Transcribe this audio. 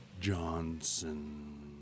Johnson